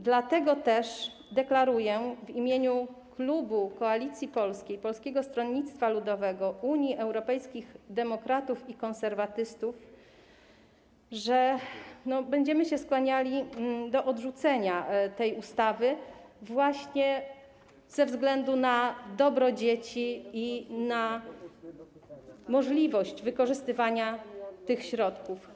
Dlatego też deklaruję w imieniu Klubu Parlamentarnego Koalicja Polska - Polskie Stronnictwo Ludowe, Unia Europejskich Demokratów, Konserwatyści, że będziemy się skłaniali do odrzucenia tej ustawy właśnie ze względu na dobro dzieci i na możliwość wykorzystywania tych środków.